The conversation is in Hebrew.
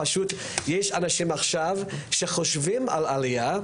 יש אנשים עכשיו שחושבים על עליה,